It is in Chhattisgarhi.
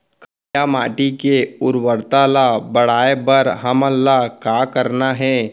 करिया माटी के उर्वरता ला बढ़ाए बर हमन ला का करना हे?